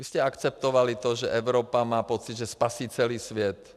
Vy jste akceptovali to, že Evropa má pocit, že spasí celý svět.